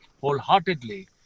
wholeheartedly